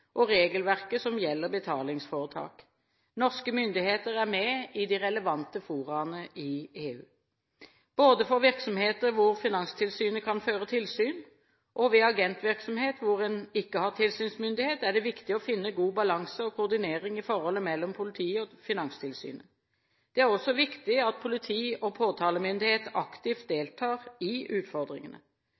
og regelverket som gjelder betalingsforetak. Norske myndigheter er med i de relevante foraene i EU. Både for virksomheter hvor Finanstilsynet kan føre tilsyn, og ved agentvirksomhet hvor en ikke har tilsynsmyndighet, er det viktig å finne god balanse og koordinering i forholdet mellom politiet og Finanstilsynet. Det er også viktig at politi og påtalemyndighet aktivt deltar i utfordringene.